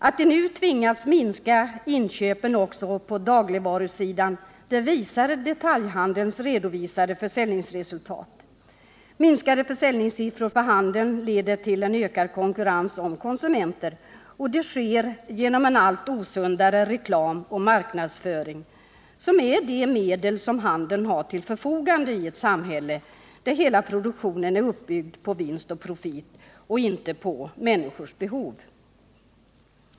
Att de nu tvingats minska inköpen också på dagligvarusidan visar detaljhandelns redovisade försäljningsresultat. Lägre försäljningssiffror för handeln leder till en ökad konkurrens om konsumenter, och det sker genom en allt osundare reklam och marknadsföring, som är de medel som handeln har till förfogande i ett samhälle, där hela produktionen är uppbyggd på vinst och profit och inte på människors behov.